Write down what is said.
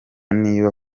niba